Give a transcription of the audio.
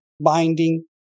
binding